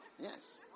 Yes